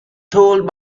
told